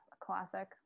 classic